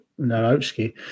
Narowski